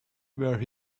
where